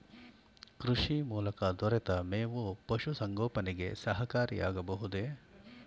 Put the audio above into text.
ಕೃಷಿ ಮೂಲಕ ದೊರೆತ ಮೇವು ಪಶುಸಂಗೋಪನೆಗೆ ಸಹಕಾರಿಯಾಗಬಹುದೇ?